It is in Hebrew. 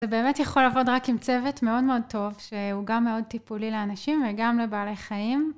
זה באמת יכול לעבוד רק עם צוות מאוד מאוד טוב שהוא גם מאוד טיפולי לאנשים וגם לבעלי חיים.